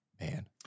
man